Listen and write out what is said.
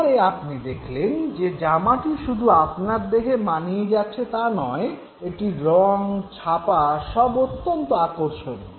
এবারে আপনি দেখলেন যে জামাটি শুধু আপনার দেহে মানিয়ে যাচ্ছে তাই নয় এটির রং ছাপা সব অত্যন্ত আকর্ষণীয়